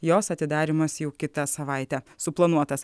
jos atidarymas jau kitą savaitę suplanuotas